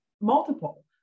multiple